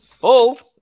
Bold